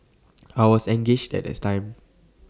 I was engaged at that time